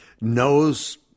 knows